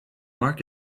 mark